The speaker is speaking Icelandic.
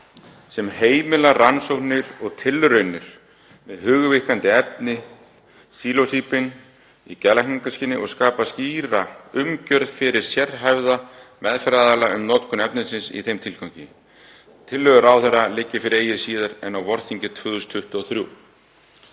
sem heimila rannsóknir og tilraunir með hugvíkkandi efnið sílósíbín í geðlækningaskyni og skapa skýra umgjörð fyrir sérhæfða meðferðaraðila um notkun efnisins í þeim tilgangi. Tillögur ráðherra liggi fyrir eigi síðar en á vorþingi 2023.“